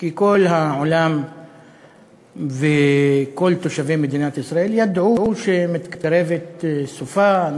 כי כל העולם וכל תושבי מדינת ישראל ידעו שמתקרבת סופה,